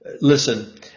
listen